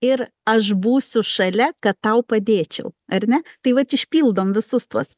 ir aš būsiu šalia kad tau padėčiau ar ne tai vat išpildom visus tuos